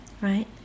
right